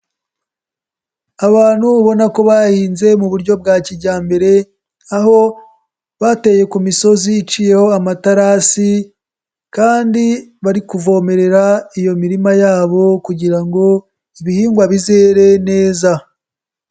Abantu ubona ko bahinze mu buryo bwa kijyambere aho bateye ku misozi iciyeho amaterasi kandi bari kuvomerera iyo mirima yabo kugira ngo ibihingwa bizere neza.